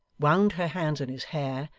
wound her hands in his hair,